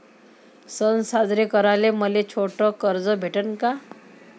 सन साजरे कराले मले छोट कर्ज भेटन का?